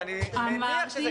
ואני מניח שזה כן.